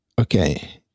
okay